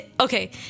okay